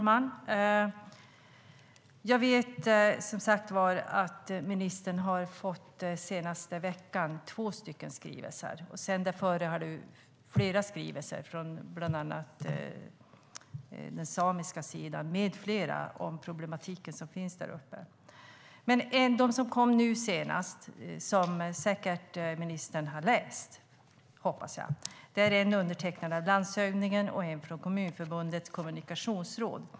Herr talman! Jag vet att ministern under den senaste veckan har fått två skrivelser, och hon har fått flera skrivelser från bland annat den samiska sidan om problematiken som finns där uppe. Men de skrivelser som kom nu senast, som ministern säkert har läst, är undertecknade av landshövdingen respektive kommunförbundets kommunikationsråd.